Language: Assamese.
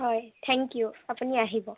হয় থেংক ইউ আপুনি আহিব